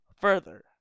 further